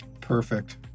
Perfect